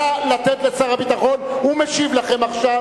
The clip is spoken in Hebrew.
נא לתת לשר הביטחון, הוא משיב לכם עכשיו.